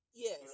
Yes